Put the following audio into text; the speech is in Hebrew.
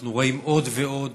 אנחנו רואים עוד ועוד,